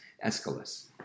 Aeschylus